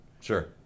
Sure